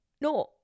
No